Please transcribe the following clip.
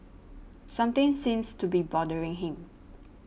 something seems to be bothering him